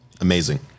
Amazing